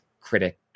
critic